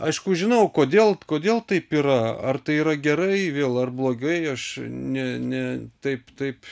aišku žinau kodėl kodėl taip yra ar tai yra gerai vėl ar blogai aš ne ne taip taip